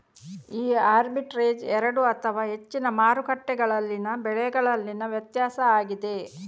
ಈ ಆರ್ಬಿಟ್ರೇಜ್ ಎರಡು ಅಥವಾ ಹೆಚ್ಚಿನ ಮಾರುಕಟ್ಟೆಗಳಲ್ಲಿನ ಬೆಲೆಗಳಲ್ಲಿನ ವ್ಯತ್ಯಾಸ ಆಗಿದೆ